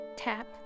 Tap